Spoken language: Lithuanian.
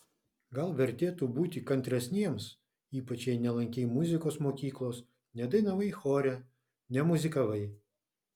gal vertėtų būti kantresniems ypač jei nelankei muzikos mokyklos nedainavai chore nemuzikavai